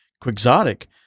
Quixotic